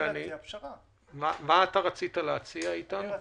מה אתה רוצה להציע, איתן?